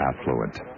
affluent